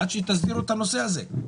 עד שתסדירו את הנושא הזה.